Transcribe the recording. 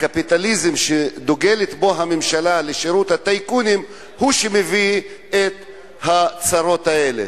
הקפיטליזם שדוגלת בו הממשלה לשירות הטייקונים הוא שמביא את הצרות האלה.